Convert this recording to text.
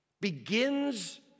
begins